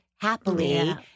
happily